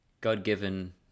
God-given